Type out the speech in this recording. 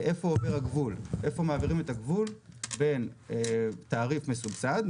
איפה מעבירים את הגבול בין תעריף מסובסד,